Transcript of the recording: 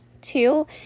Two